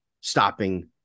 stopping